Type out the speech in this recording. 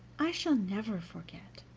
i shall never forget